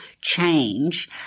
change